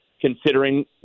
considering